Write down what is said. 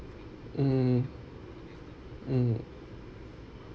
mm mm